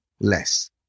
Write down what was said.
less